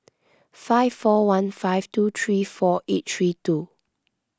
five four one five two three four eight three two